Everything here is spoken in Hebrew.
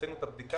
עשינו את הבדיקה,